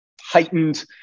heightened